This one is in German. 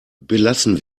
belassen